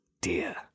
dear